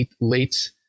late